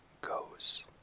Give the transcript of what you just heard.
goes